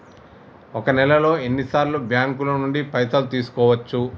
ఒక నెలలో ఎన్ని సార్లు బ్యాంకుల నుండి పైసలు తీసుకోవచ్చు?